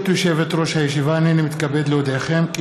אני קובעת כי